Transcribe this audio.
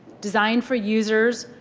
design for users,